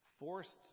forced